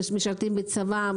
משרתים בצבא,